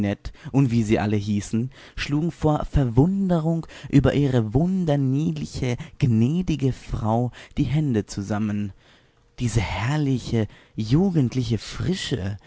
und wie sie alle hießen schlugen vor verwunderung über ihre wunderniedliche gnädige frau die hände zusammen diese herrliche jugendliche frische